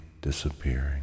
disappearing